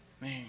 Man